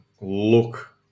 look